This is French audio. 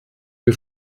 que